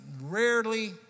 rarely